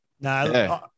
No